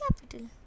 Capital